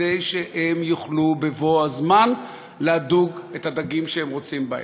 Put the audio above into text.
כדי שהם יוכלו בבוא הזמן לדוג את הדגים שהם רוצים בהם.